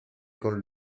con